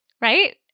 Right